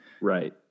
Right